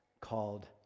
called